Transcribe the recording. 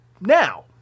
Now